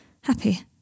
happy